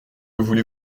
voulez